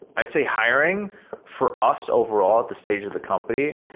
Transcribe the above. i'd say hiring for us overall the stage of the company,